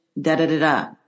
da-da-da-da